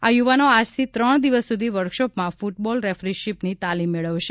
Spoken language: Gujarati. આ યુવાનો આજથી ત્રણ દિવસ સુધી વર્કશોપમાં ફૂટબોલ રેક્રીશીપની તાલીમ મેળવશે